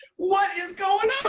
what is going